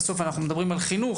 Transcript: בסוף, אנחנו מדברים על חינוך.